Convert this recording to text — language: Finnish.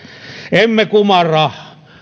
emme kumarra